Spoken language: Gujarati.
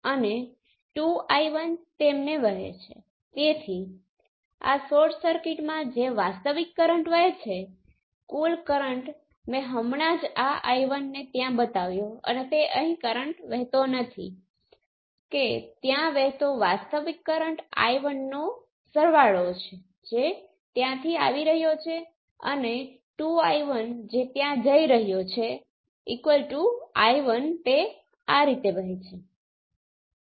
એક રેસિપ્રોકલ નેટવર્ક રેસિપ્રોકલ બે પોર્ટ નેટવર્કનો અર્થ એ છે કે ફોર્વર્ડ અને રિવર્સ પેરામિટર સમાન છે અને જો તમે z અને y પેરામિટર અથવા g અને h પેરામિટર માટે ઇક્વિવેલન્ટ અને વિરુદ્ધ પસંદ કરો છો